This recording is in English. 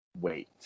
wait